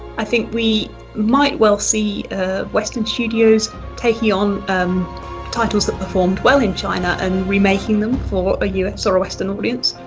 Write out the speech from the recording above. i think we might well see ah western studios taking on um titles, that performed well in china, and remaking them for a us or a western audience